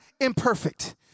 imperfect